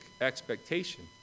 expectation